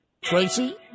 Tracy